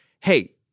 hey